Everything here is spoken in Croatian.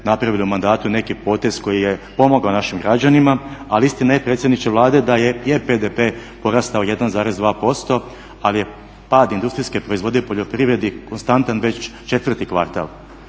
napravili u mandatu neki potez koji je pomogao našim građanima, ali istina je predsjedniče Vlade da je BDP porastao 1,2% ali je pad industrijske proizvodnje u poljoprivredi konstantan već četvrti kvartal.